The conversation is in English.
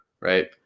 right